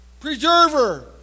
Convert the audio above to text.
Preserver